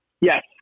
Yes